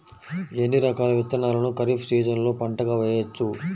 ఎన్ని రకాల విత్తనాలను ఖరీఫ్ సీజన్లో పంటగా వేయచ్చు?